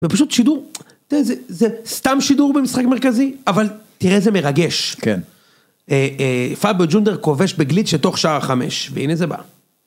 זה פשוט שידור, תראה, זה סתם שידור במשחק מרכזי, אבל תראה איזה מרגש. כן. פאב ג'ונדר כובש בגליד של תוך שעה חמש, והנה זה בא.